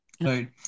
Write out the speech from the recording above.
Right